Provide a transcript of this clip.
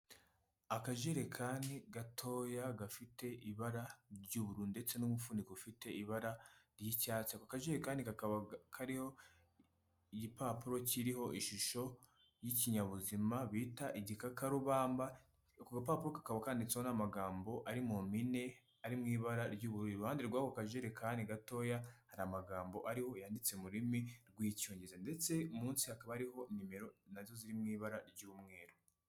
Akajerekani gatoya gafite ibara ry'ubururu ndetse n'umufuniko ufite ibara ry'icyatsi. Ako kajerekani kakaba kariho igipapuro kiriho ishusho y'ikinyabuzima bita igikakarubamba. Ako gapapuro kakaba kanditseho n'amagambo ari mu mpine ari mu ibara ry'ubururu. Iruhande rw'ako kajerekani gatoya hari amagambo ariho yanditse mu rurimi rw'Icyongereza, ndetse munsi hakaba hariho nimero na zo ziri mu ibara ry'umweru.